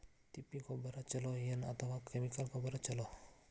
ತಿಪ್ಪಿ ಗೊಬ್ಬರ ಛಲೋ ಏನ್ ಅಥವಾ ಕೆಮಿಕಲ್ ಗೊಬ್ಬರ ಛಲೋ?